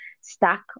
stuck